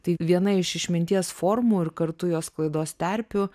tai viena iš išminties formų ir kartu jo sklaidos terpių